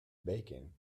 bacon